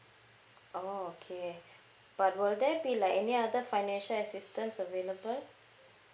oh okay but will there be like any other financial assistance available